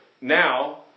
now